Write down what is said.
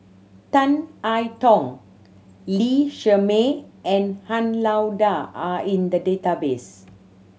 Tan I Tong Lee Shermay and Han Lao Da are in the database